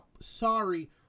sorry